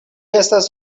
estas